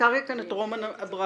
הזכרנו כאן את רומן אברמוב,